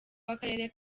w’akarere